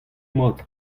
mat